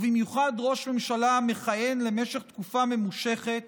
ובמיוחד ראש ממשלה המכהן למשך תקופה ממושכת,